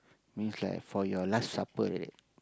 means like for your last supper right